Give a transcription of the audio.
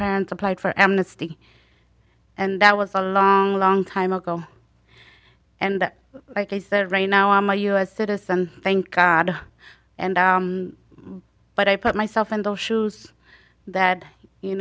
pants applied for amnesty and that was a long long time ago and that is that right now i'm a u s citizen thank god and i but i put myself in those shoes that you